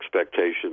expectations